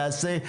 תעשה,